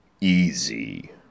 Easy